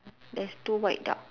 there's two white duck